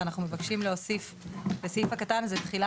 ואנחנו מבקשים להוסיף לסעיף הקטן הזה תחילה